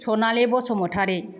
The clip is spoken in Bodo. सनालि बसुमतारी